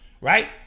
Right